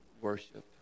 worship